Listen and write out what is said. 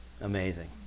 Amazing